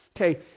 okay